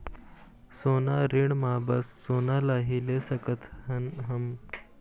सोना ऋण मा बस सोना ला ही ले सकत हन हम?